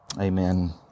Amen